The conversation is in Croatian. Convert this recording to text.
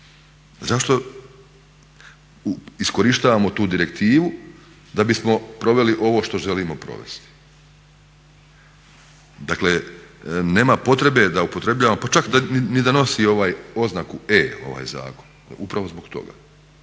Zašto iskorištavamo tu direktivu da bismo proveli ovo što želimo provesti? Dakle, nema potrebe da upotrebljavamo, pa čak ni da nosi ovaj oznaku E ovaj zakon, upravo zbog toga.